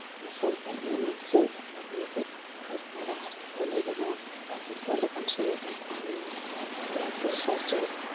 ᱡᱮ ᱥᱚᱨᱠᱟᱨ ᱦᱩᱱᱟᱹᱜ ᱱᱟᱹᱜ ᱥᱩᱨ ᱫᱷᱟᱨᱟ ᱨᱮ ᱢᱤᱫᱴᱮᱡ ᱵᱮᱥ ᱫᱷᱟᱨᱟ ᱦᱚᱥᱯᱤᱴᱟᱞᱮ ᱵᱮᱱᱟᱣᱟ ᱡᱚᱛᱚ ᱞᱮᱠᱟᱱ ᱥᱩᱵᱤᱫᱟ ᱛᱟᱦᱮᱱᱢᱟ ᱵᱞᱟᱰ ᱯᱨᱮᱥᱟᱨ ᱪᱮᱠ